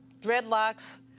dreadlocks